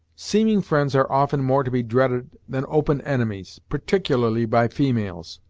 seeming friends are often more to be dreaded than open enemies particularly by females.